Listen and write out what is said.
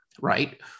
right